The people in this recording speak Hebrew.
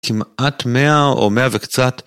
כמעט מאה או מאה וקצת.